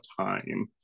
time